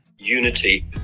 Unity